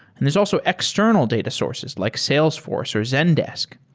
and there're also external data sources like salesforce or zendesk.